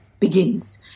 Begins